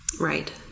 Right